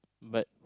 but